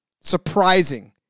Surprising